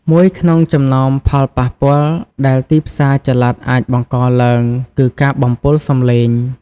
មួយក្នុងចំណោមផលប៉ះពាល់ដែលទីផ្សារចល័តអាចបង្កឡើងគឺការបំពុលសំឡេង។